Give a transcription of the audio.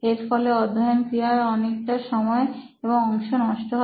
এর ফলে অধ্যায়ন ক্রিয়ার অনেকটা সময় এবং অংশ নষ্ট হয়